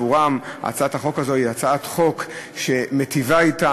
שהצעת החוק הזאת מיטיבה אתם